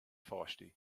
pháistí